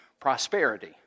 prosperity